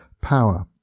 power